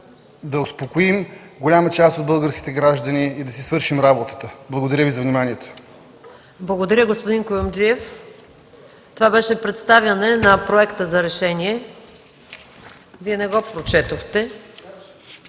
да успокоим голяма част от българските граждани и да си свършим работата. Благодаря Ви за вниманието. ПРЕДСЕДАТЕЛ МАЯ МАНОЛОВА: Благодаря, господин Куюмджиев. Това беше представяне на проекта за решение, но Вие не го прочетохте.